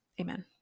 Amen